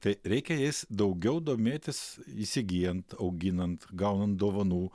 tai reikia jais daugiau domėtis įsigyjant auginant gaunant dovanų